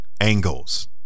angles